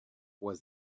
was